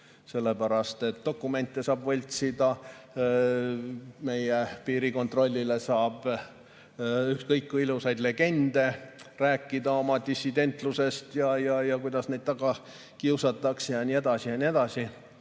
sellepärast et dokumente saab võltsida, meie piirikontrollile saab ükskõik kui ilusaid legende rääkida oma dissidentlusest ja sellest, kuidas neid taga kiusatakse, ja nii edasi. Nagu ma